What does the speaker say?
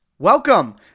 Welcome